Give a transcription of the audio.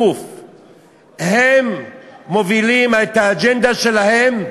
הם מובילים את האג'נדה שלהם.